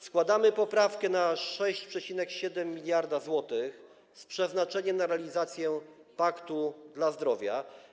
Składamy poprawkę dotyczącą 6,7 mld zł z przeznaczeniem na realizację paktu dla zdrowia.